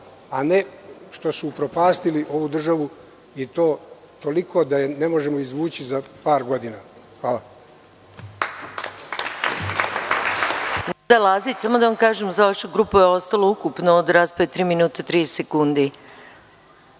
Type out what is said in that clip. a ne što su upropastili ovu državu i to toliko da je ne možemo izvući za par godina. Hvala.